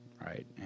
right